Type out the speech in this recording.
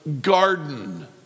garden